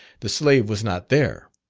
the slave was not there.